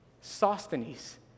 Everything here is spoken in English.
Sosthenes